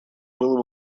было